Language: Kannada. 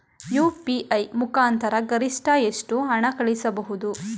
ಯು.ಪಿ.ಐ ಮುಖಾಂತರ ಗರಿಷ್ಠ ಎಷ್ಟು ಹಣ ಕಳಿಸಬಹುದು?